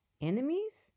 Enemies